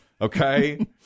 okay